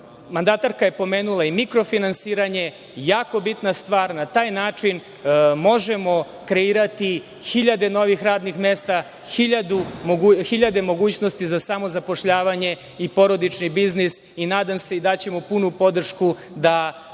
mandatarka je pomenula i mikro-finansiranje. To je jako bitna stvar. Na taj način možemo kreirati hiljade radnih mesta, hiljade mogućnosti za zapošljavanje i porodični biznis i daćemo punu podršku za zakon